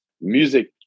music